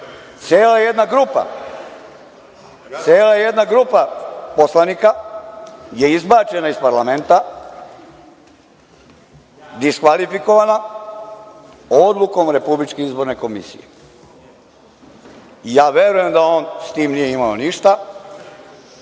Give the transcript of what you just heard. Cela jedna grupa poslanika je izbačena iz parlamenta, diskvalifikovana odlukom Republičke izborne komisije. Ja verujem da on sa tim nije imao ništa,